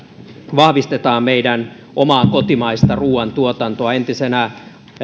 vahvistetaan meidän omaa kotimaista ruoantuotantoa entisenä